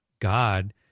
God